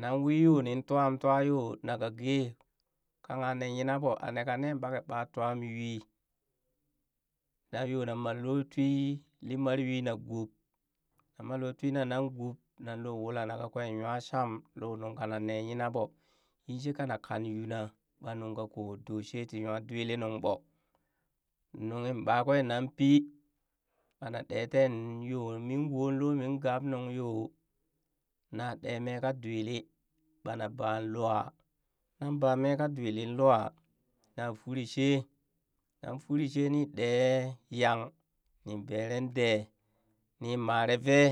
Nan wii yoo nin twam twaa ya yoo na ka gee kangha nee yina ɓoo, a neka nen ɓakee ɓa twam yuui na yoo na mare twii li mare yuu nan gub nan ma lo twiina nang gub nan lo wula na kakwe nwa sham lo nungka nanne nyina ɓo, yin shika na kan yuna ɓa nung kako do she ti nwa dwili nungbo, nunghin ɓakwe nan pi ɓa na ɗe teen yoo mii wuu loo min gab nuŋ yoo naa ɗee mee ƙaa dwili lwa nan baa meeka dwilin lwa na furii shee nan furii shee nii ɗeeh yang nii bareen dee nin mare vee